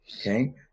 Okay